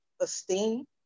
esteem